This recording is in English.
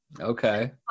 Okay